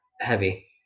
heavy